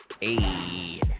Hey